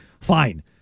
fine